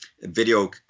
video